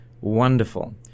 wonderful